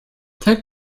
tech